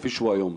כפי שהוא היום.